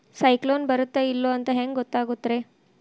ಸೈಕ್ಲೋನ ಬರುತ್ತ ಇಲ್ಲೋ ಅಂತ ಹೆಂಗ್ ಗೊತ್ತಾಗುತ್ತ ರೇ?